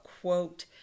quote